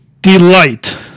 delight